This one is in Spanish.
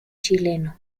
chileno